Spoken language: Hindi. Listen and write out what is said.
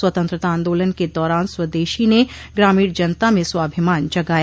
स्वतंत्रता आन्दोलन के दौरान स्वदेशी ने ग्रामीण जनता में स्वाभिमान जगाया